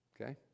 okay